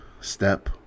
step